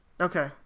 Okay